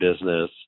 business